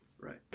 Right